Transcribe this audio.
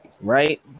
right